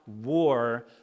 war